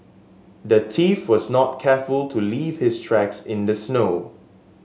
the thief was not careful to leave his tracks in the snow